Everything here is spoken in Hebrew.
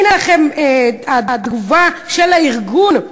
הנה לכם התגובה של הארגון,